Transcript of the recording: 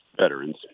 veterans